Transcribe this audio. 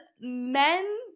men